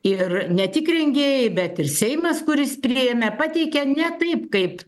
ir ne tik rengėjai bet ir seimas kuris priėmė pateikė ne taip kaip